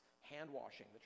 hand-washing